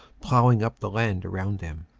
plowing up the land around them.